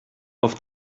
auf